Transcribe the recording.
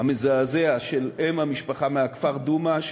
המזעזע של אם המשפחה מהכפר דומא.